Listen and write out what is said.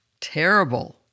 Terrible